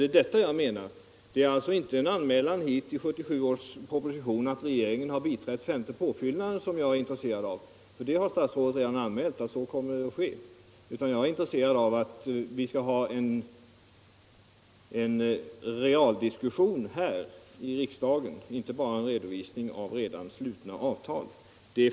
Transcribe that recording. Det är alltså inte en anmälan i budgetpropositionen att regeringen biträtt den femte påfyllnaden som jag är intresserad av — regeringens anmälan därvidlag känner vi redan till. Vad jag är intresserad av är att vi i riksdagen får en realdiskussion och inte bara en redovisning av redan slutna avtal.